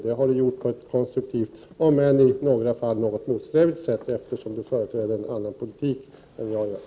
Han har deltagit i arbetet på ett konstruktivt sätt, även om det ibland har blivit något motsträvigt, eftersom han företräder en annan politik än jag.